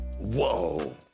Whoa